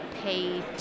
pay